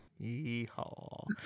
Yeehaw